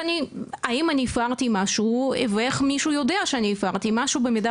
האם אני הפרתי משהו ואיך מישהו יודע שאני הפרתי משהו במידה